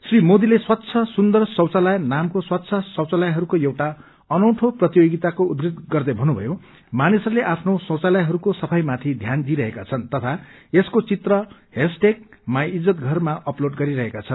श्री मोदीले स्वच्छ सुन्दर शौचालय नामको स्वच्छ शौचखलयहरूको एउटा अनौठो प्रतियोगिताको उद्घृत गर्दै भन्नुभयो मानिसहरूले आफ्नो शौचालयहरूको सफाईमाथि ध्यान दिइरहेका छन् तथा यसको चित्र हैशटैग माई ईज्जत घर मा अपलोड गरिरहेका छन्